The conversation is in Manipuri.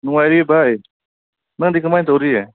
ꯅꯨꯡꯉꯥꯏꯔꯤꯌꯦ ꯚꯥꯏ ꯅꯪꯗꯤ ꯀꯃꯥꯏ ꯇꯧꯔꯤ